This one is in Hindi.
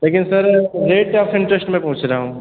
लेकिन सर रेट ऑफ़ इन्ट्रस्ट मैं पूछ रहा हूँ